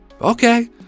Okay